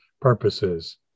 purposes